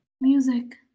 music